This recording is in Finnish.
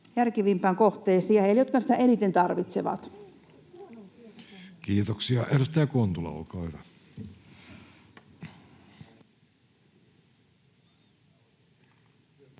järkevimpiin kohteisiin ja heille, jotka niitä eniten tarvitsevat. Kiitoksia. — Edustaja Kontula, olkaa hyvä.